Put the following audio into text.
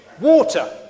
Water